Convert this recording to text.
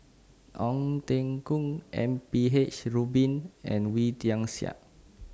Ong Teng Koon M P H Rubin and Wee Tian Siak